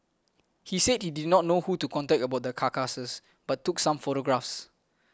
he said he did not know who to contact about the carcasses but took some photographs